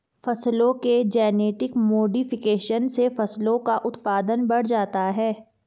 फसलों के genetic modification से फसलों का उत्पादन बढ़ जाता है